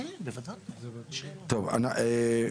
על סדר-היום: